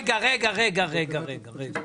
רגע, רגע, רגע, רגע.